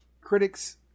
critics